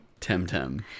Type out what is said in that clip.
temtem